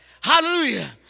hallelujah